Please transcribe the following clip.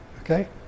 Okay